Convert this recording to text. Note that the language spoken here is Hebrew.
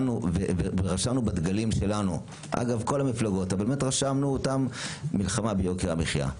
רשמנו בדגלים שלנו אגב כל המפלגות מלחמה ביוקר המחיה.